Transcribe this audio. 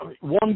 one